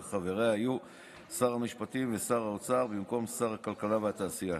וחבריה יהיו שר המשפטים ושר האוצר במקום שר הכלכלה והתעשייה,